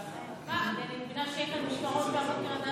אני מבינה שיהיו כאן משמרות מהבוקר עד הערב?